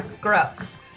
gross